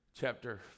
Chapter